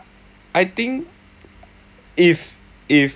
I think if if